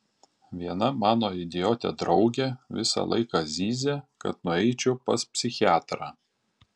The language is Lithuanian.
viena mano idiotė draugė visą laiką zyzia kad nueičiau pas psichiatrą